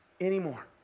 anymore